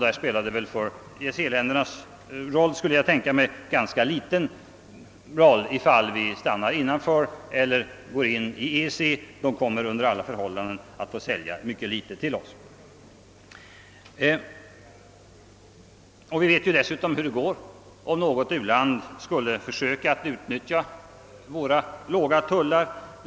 För u-länderna spelar det, skulle jag tänka mig, ganska liten roll om vi står utanför eller går in i EEC. De kommer under alla förhållanden att få sälja mycket litet till oss. Vi vet dessutom hur det går om något u-land skulle försöka utnyttja våra låga tullar.